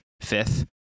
fifth